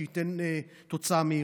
שייתן תוצאה מהירה.